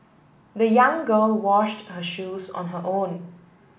the young girl washed her shoes on her own